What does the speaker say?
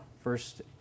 first